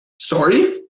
sorry